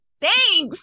Thanks